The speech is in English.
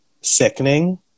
sickening